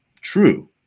true